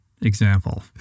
example